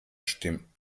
stimmt